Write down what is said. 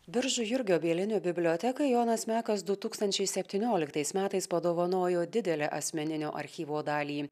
biržų jurgio bielinio bibliotekai jonas mekas du tūkstančiai septynioliktais metais padovanojo didelę asmeninio archyvo dalį